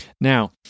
Now